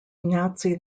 nazi